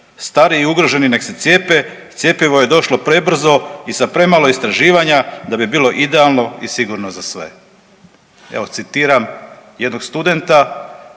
Stariji i ugroženi nek se cijepe, cjepivo je došlo prebrzo i sa premalo istraživanja da bi bilo idealno i sigurno za sve. Evo, citiram jednog studenta